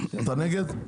נגד?